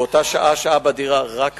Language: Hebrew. באותה שעה שהה בדירה רק אביה,